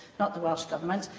not the welsh government.